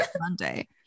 monday